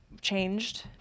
changed